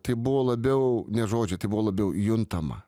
tai buvo labiau ne žodžiai tai buvo labiau juntama